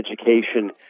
education